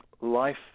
Life